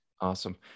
Awesome